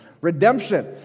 redemption